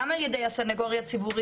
גם על ידי הסניגוריה הציבורית,